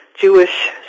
Jewish